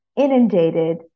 inundated